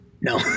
No